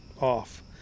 off